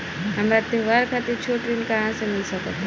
हमरा त्योहार खातिर छोट ऋण कहाँ से मिल सकता?